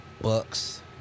Bucks